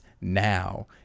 now